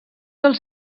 els